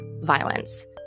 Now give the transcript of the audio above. violence